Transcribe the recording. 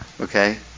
Okay